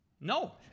No